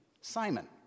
Simon